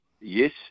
Yes